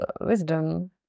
wisdom